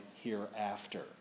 hereafter